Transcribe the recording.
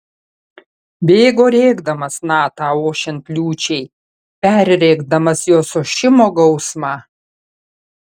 bėgo rėkdamas natą ošiant liūčiai perrėkdamas jos ošimo gausmą